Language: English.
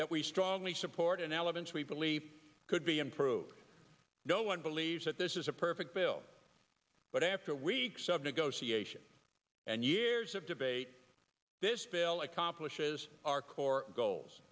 that we strongly support and elements we believe could be improved no one believes that this is a perfect bill but after weeks of negotiation and years of debate this bill accomplishes our core goals